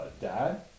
dad